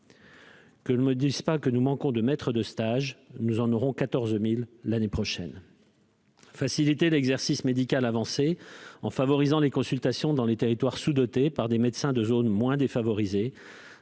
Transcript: ne nous dise pas que nous manquons de maîtres de stage : nous en aurons 14 000 l'année prochaine ! Faciliter l'exercice médical avancé en favorisant les consultations dans les territoires sous-dotés par des médecins de zones moins démunies,